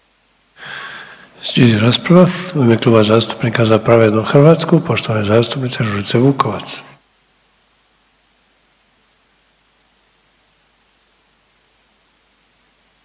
Slijedi rasprava u ime Kluba zastupnika za pravednu Hrvatsku poštovane zastupnice Ružice Vukovac.